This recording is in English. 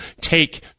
take